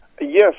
Yes